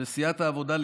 סיעת העבודה,